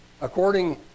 according